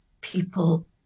people